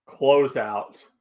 closeout